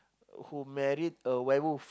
who married a werewolf